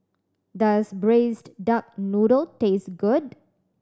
does Braised Duck Noodle taste good